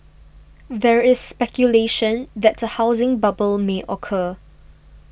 there is speculation that a housing bubble may occur